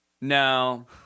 No